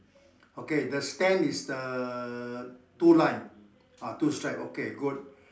okay the stand is uh two line ah two stripe okay good